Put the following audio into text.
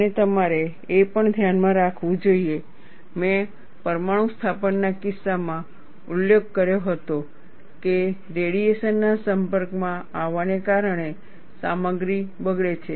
અને તમારે એ પણ ધ્યાનમાં રાખવું જોઈએ મેં પરમાણુ સ્થાપન ના કિસ્સામાં ઉલ્લેખ કર્યો હતો રેડીએશન ના સંપર્ક માં આવવાને કારણે સામગ્રી બગડે છે